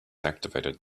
activated